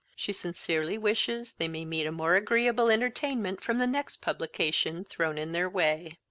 she sincerely wishes they may meet a more agreeable entertainment from the next publication thrown in their way.